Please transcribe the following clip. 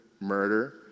murder